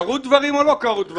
קרו דברים או לא קרו דברים?